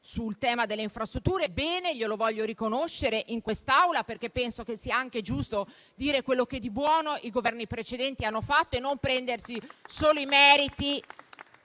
sul tema delle infrastrutture: glielo voglio riconoscere in quest'Aula, perché penso che sia anche giusto dire quello che di buono i Governi precedenti hanno fatto e non prendersi solo i meriti